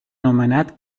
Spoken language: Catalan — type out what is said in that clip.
nomenat